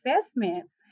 assessments